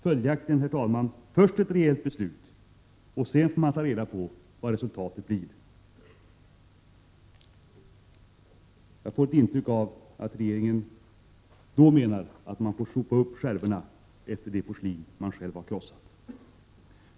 Följaktligen, herr talman: Först ett reellt beslut — sedan får man ta reda på vad resultatet blir. Vem skall då, 1990, få sopa upp skärvorna efter det porslin regeringen har krossat?